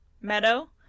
meadow